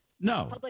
no